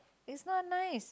is not nice